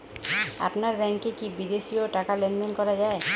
আপনার ব্যাংকে কী বিদেশিও টাকা লেনদেন করা যায়?